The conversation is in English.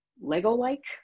Lego-like